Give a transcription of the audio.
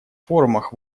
форумах